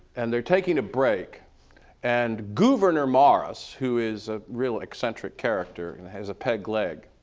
and they're taking a break and gouverneur morris, who is a real eccentric character and has a peg leg,